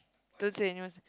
don't say anyone